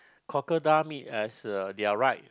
crocodile meat as they're right